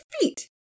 feet